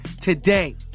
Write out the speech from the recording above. today